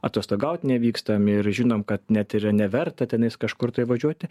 atostogaut nevykstam ir žinom kad net ir neverta tenais kažkur tai važiuoti